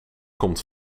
komt